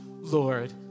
Lord